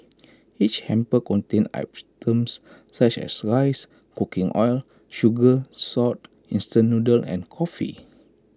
each hamper contained items such as rice cooking oil sugar salt instant noodles and coffee